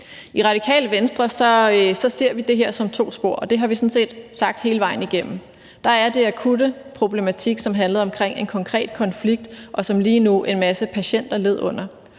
I Radikale Venstre ser vi det her som to spor, og det har vi sådan set sagt hele vejen igennem. Der er den akutte problematik, som handler om en konkret konflikt, og som en masse patienter lige